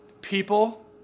people